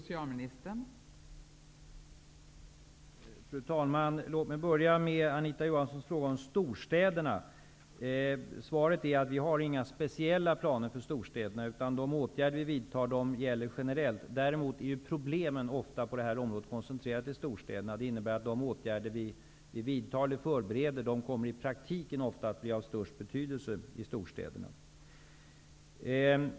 Fru talman! Låt mig börja med Anita Johanssons fråga om storstäderna. Svaret är att vi inte har några speciella planer för storstäderna. De åtgärder vi vidtar gäller generellt. Däremot är problemen på det här området ofta koncentrerade till storstäderna. Det innebär att de åtgärder vi vidtar eller förbereder i praktiken ofta kommer att bli av störst betydelse i storstäderna.